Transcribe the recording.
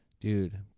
dude